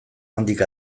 handik